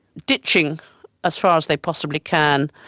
ditching as far as they possibly can,